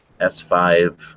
S5